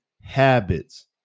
habits